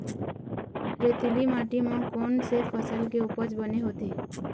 रेतीली माटी म कोन से फसल के उपज बने होथे?